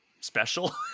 special